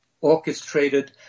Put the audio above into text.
orchestrated